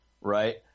Right